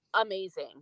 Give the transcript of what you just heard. amazing